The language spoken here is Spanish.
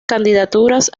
candidaturas